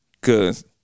cause